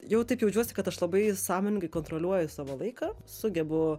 jau taip jaučiuosi kad aš labai sąmoningai kontroliuoju savo laiką sugebu